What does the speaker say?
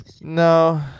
No